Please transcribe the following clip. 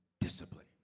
Discipline